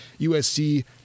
USC